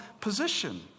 position